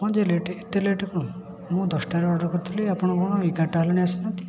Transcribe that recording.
କ'ଣ ଯେ ଲେଟ୍ ଏତେ ଲେଟ୍ କ'ଣ ମୁଁ ଦଶଟାରେ ଅର୍ଡ଼ର୍ କରିଥିଲି ଆପଣ କ'ଣ ଏଗାରଟା ହେଲାଣି ଆସିନାହାନ୍ତି